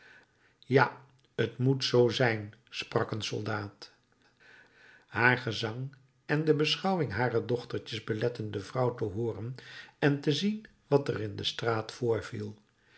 ja t moet zoo zijn sprak een soldaat haar gezang en de beschouwing harer dochtertjes beletten de vrouw te hooren en te zien wat in de straat voorviel